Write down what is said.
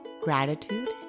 Gratitude